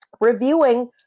reviewing